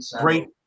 great